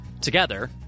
Together